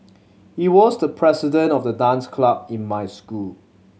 he was the president of the dance club in my school